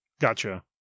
Gotcha